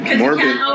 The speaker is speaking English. morbid